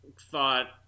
Thought